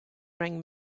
bring